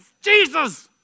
Jesus